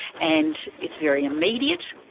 and it's very immediate,